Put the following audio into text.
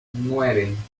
nueve